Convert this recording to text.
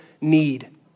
need